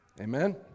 amen